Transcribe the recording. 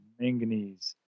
manganese